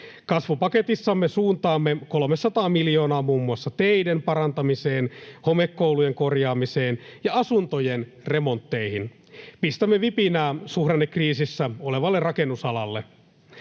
Kasvupaketissamme suuntaamme 300 miljoonaa muun muassa teiden parantamiseen, homekoulujen korjaamiseen ja asuntojen remontteihin. Pistämme vipinää suhdannekriisissä olevalle rakennusalalle.